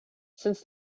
since